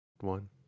one